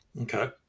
Okay